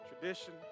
tradition